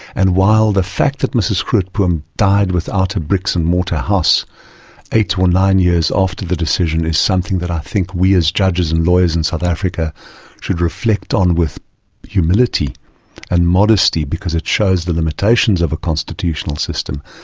and while the fact that mrs grootboom died without a bricks-and-mortar house eight or nine years after the decision is something that i think we as judges and lawyers in south africa should reflect on with humility and modesty because it shows the limitations of a constitutional system.